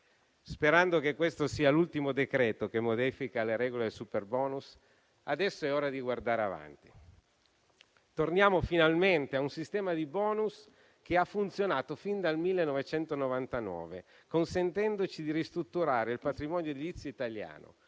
sperando che questo sia l'ultimo decreto-legge che modifica le regole del superbonus. Adesso è ora di guardare avanti. Torniamo finalmente a un sistema di bonus che ha funzionato fin dal 1999, consentendoci di ristrutturare il patrimonio edilizio italiano,